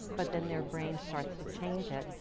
but then their brain starts to change it.